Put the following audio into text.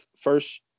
first